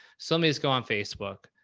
somebody go on facebook.